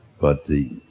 but the,